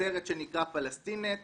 סרט שנקרא פלסטין.נט